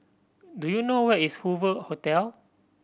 do you know where is Hoover Hotel